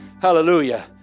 Hallelujah